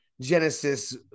Genesis